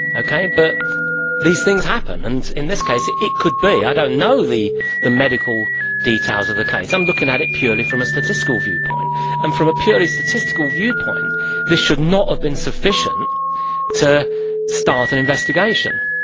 ah kind of but these things happen, and in this case it it could be. i don't know the the medical details of the case, i'm looking at it purely from a statistical viewpoint, and from a purely statistical viewpoint this should not have been sufficient to start an investigation.